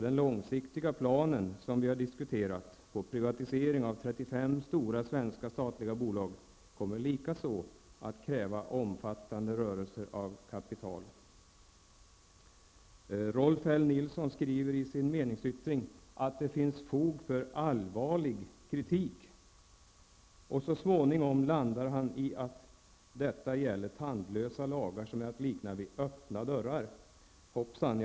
Den långsiktiga planen -- som vi har diskuterat i dag -- på privatisering av 35 stora svenska statliga bolag kommer likaså att kräva omfattande rörelser av kapital. Rolf L Nilson har i sin meningsyttring skrivit att det finns fog för allvarlig kritik. Så småningom landar han på att detta gäller tandlösa lagar som är att likna vid öppna dörrar. Hoppsan!